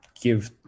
give